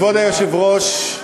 כבוד היושב-ראש,